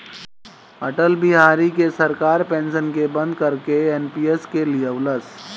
अटल बिहारी के सरकार पेंशन के बंद करके एन.पी.एस के लिअवलस